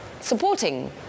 supporting